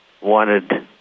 wanted